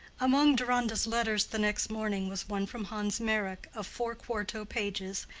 among deronda's letters the next morning was one from hans meyrick of four quarto pages,